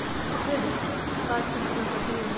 Credit card के मतलब कथी होई?